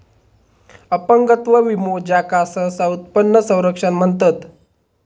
अपंगत्व विमो, ज्याका सहसा उत्पन्न संरक्षण म्हणतत